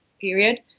period